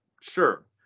Sure